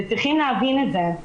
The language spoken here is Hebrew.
וצריכים להבין את זה.